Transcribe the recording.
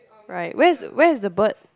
right where's where is the bird